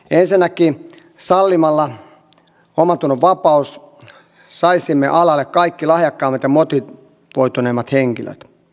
ensinnäkin sallimalla omantunnonvapauden saisimme alalle kaikki lahjakkaimmat ja motivoituneimmat henkilöt